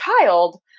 child